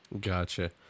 Gotcha